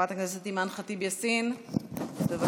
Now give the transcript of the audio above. חברת הכנסת אימאן ח'טיב יאסין, בבקשה.